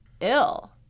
ill